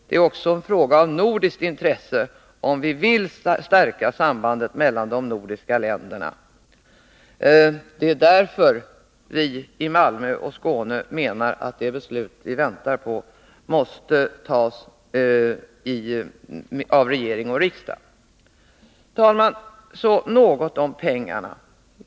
Det är också en fråga av nordiskt intresse om vi vill stärka sambandet mellan de nordiska länderna. Det är därför vi i Malmö och Skåne menar att det beslut vi väntar på måste fattas av regering och riksdag. Herr talman! Så något om pengarna.